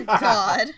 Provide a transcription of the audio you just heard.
God